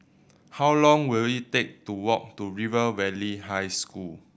how long will it take to walk to River Valley High School